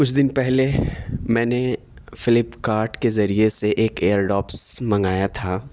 کچھ دن پہلے میں نے فلپکارٹ کے ذریعے سے ایک ائیر ڈوپس منگایا تھا